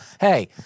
Hey